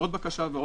זה